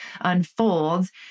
unfolds